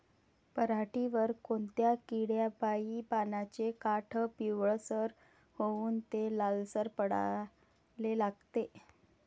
पऱ्हाटीवर कोनत्या किड्यापाई पानाचे काठं पिवळसर होऊन ते लालसर पडाले लागते?